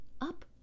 up